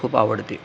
खूप आवडते